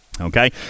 Okay